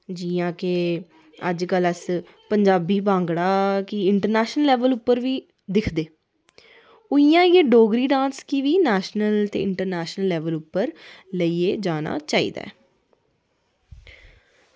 जि'यां कि अज्जकल अस पंजाबी भांगड़ा इंटरनेशनल पर बी दिक्खदे ते उ'आं गै डोगरी डांस गी बी नेशनल ते इंटरनेशनल लेवल पर लेइयै जाना चाहिदा ऐ